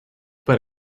but